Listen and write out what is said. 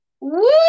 woo